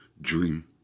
dream